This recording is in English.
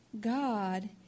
God